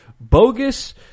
bogus